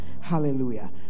hallelujah